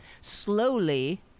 slowly